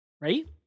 right